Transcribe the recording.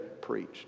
preached